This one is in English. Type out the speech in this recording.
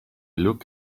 look